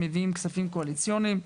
מביאים כספים קואליציוניים,